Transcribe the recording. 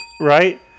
Right